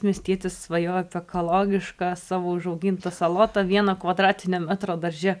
miestietis svajoja apie ekologišką savo užaugintą salotą vieno kvadratinio metro darže